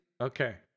Okay